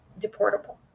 deportable